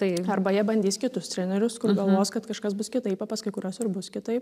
tai arba jie bandys kitus trenerius kur galvos kad kažkas bus kitaip o pas kai kuriuos ir bus kitaip